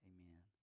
Amen